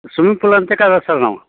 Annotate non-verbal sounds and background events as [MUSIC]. swimming pool [UNINTELLIGIBLE] sir ನಾವು